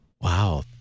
Wow